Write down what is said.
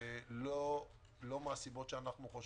לא מהסיבות שאנו חושבים.